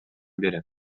берем